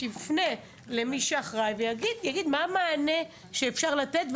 תפנה למי שאחראי שיגיד מה המענה שאפשר לתת,